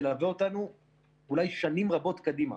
תלווה אותנו אולי שנים רבות קדימה.